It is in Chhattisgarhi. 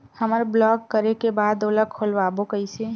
हमर ब्लॉक करे के बाद ओला खोलवाबो कइसे?